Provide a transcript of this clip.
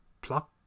Plot